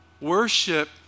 Worship